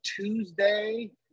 tuesday